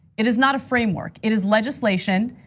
it is not a framework, it is legislation,